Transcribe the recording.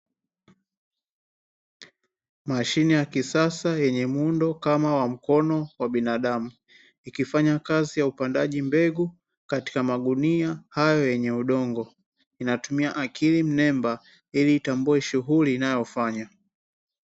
Mashine ya kisasa yenye muundo kama wa mkono wa binadamu ikifanya kazi ya upandaji mbegu katika magunia hayo yenye udongo, inatumia akili mnemba ili itambue shuhuli inayoifanya.